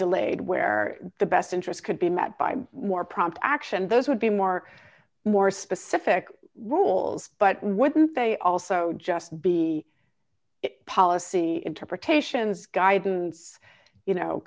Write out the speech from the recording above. delayed where the best interest could be met by more prompt action those would be more more specific rules but wouldn't they also just be policy interpretations guidance you know